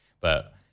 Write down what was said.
but-